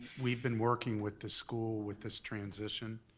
we've been working with the school with this transition,